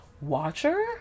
Watcher